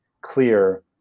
clear